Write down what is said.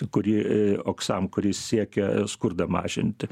kuri oksam kuris siekia skurdą mažinti